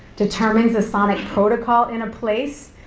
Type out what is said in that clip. determines a sonic protocol in a place,